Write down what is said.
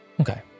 Okay